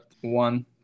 one